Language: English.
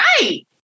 right